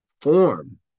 form